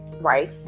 Right